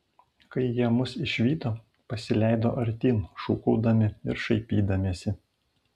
kai jie mus išvydo pasileido artyn šūkaudami ir šaipydamiesi